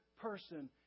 person